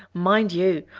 mind you,